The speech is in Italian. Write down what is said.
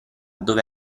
dove